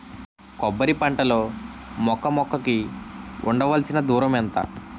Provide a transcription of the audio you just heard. కొబ్బరి పంట లో మొక్క మొక్క కి ఉండవలసిన దూరం ఎంత